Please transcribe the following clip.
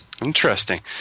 Interesting